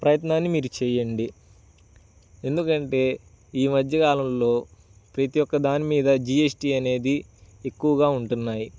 ప్రయత్నాన్ని మీరు చేయండి ఎందుకు అంటే ఈ మధ్య కాలంలో ప్రతి ఒక్క దాని మీద జీ ఎస్ టీ అనేది ఎక్కువగా ఉంటున్నాయి